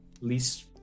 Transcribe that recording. least